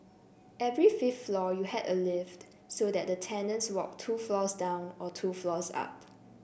every fifth floor you had a lift so that the tenants walked two floors down or two floors up